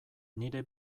nire